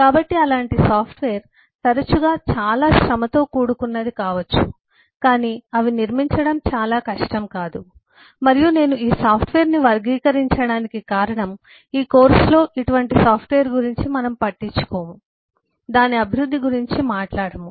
కాబట్టి అలాంటి సాఫ్ట్వేర్ తరచుగా చాలా శ్రమతో కూడుకున్నది కావచ్చు కాని అవి నిర్మించడం చాలా కష్టం కాదు మరియు నేను ఈ సాఫ్ట్వేర్ను వర్గీకరించడానికి కారణం ఈ కోర్సులో ఇటువంటి సాఫ్ట్వేర్ గురించి మనం పట్టించుకోము దాని అభివృద్ధి గురించి మాట్లాడము